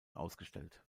ausgestellt